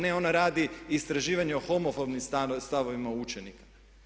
Ne, ona radi istraživanje o homofobnim stavovima učenika.